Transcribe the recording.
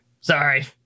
Sorry